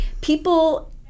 people